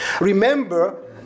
Remember